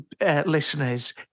listeners